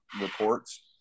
reports